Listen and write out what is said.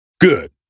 Good